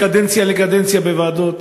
מקדנציה לקדנציה בוועדות,